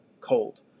cold